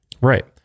Right